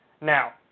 Now